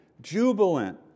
jubilant